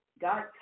God